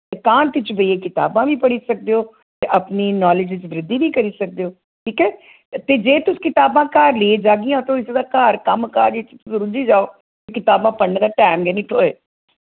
एकांत च बेइयै कताबां वी पढ़ी सकदे ओ ते अपनी नालेज च वृद्धि वी करी सकदे ओ ठीक ऐ ते जे तुस कताबां घर लेइयै जागियां ते होई सकदा घर कम्म काज च रुज्जी जाओ कताबां पढ़ने दा टैम गै नेईं थोए